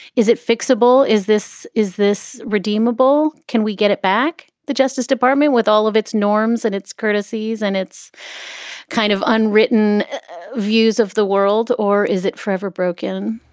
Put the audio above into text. is it fixable? is this is this redeemable? can we get it back? the justice department, with all of its norms and its courtesies and it's kind of unwritten views of the world or is it forever broken?